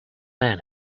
man